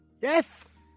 Yes